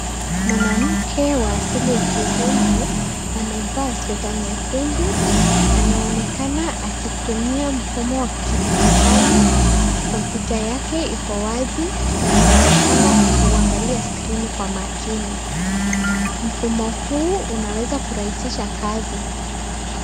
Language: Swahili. Mwanamke wa asili ya kizungu amevaa sweta nyekundu anaonekana akitumia mfumo wa kidigitali. Kompyuta yake iko wazi na anaonekana kuangalia skrini kwa makini, mfumo huu unaweza kurahisisha kazi